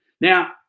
Now